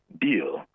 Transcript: deal